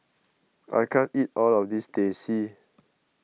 I can't eat all of this Teh C